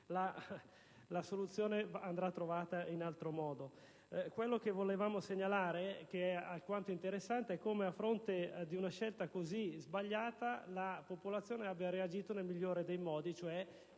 la soluzione andrà trovata in altro modo. Quello che volevamo segnalare, cosa alquanto interessante, è come a fronte di una scelta così sbagliata la popolazione abbia reagito nel migliore dei modi, e cioè